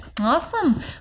Awesome